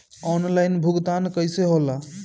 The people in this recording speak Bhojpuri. आनलाइन भुगतान केगा होला?